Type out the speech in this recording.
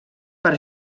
per